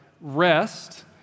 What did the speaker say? rest